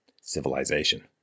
civilization